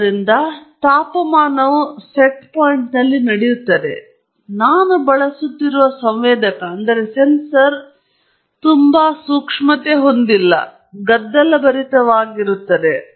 ಆದ್ದರಿಂದ ತಾಪಮಾನವು ಅದರ ಸೆಟ್ ಪಾಯಿಂಟ್ನಲ್ಲಿ ನಡೆಯುತ್ತದೆ ಆದರೆ ನಾನು ಬಳಸುತ್ತಿರುವ ಸಂವೇದಕವು ತುಂಬಾ ಗದ್ದಲದಂತಾಗುತ್ತದೆ